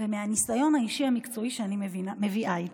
ומהניסיון האישי המקצועי שאני מביאה איתי.